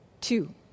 two